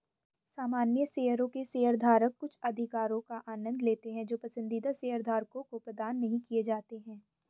सामान्य शेयरों के शेयरधारक कुछ अधिकारों का आनंद लेते हैं जो पसंदीदा शेयरधारकों को प्रदान नहीं किए जाते हैं